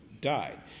died